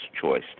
choice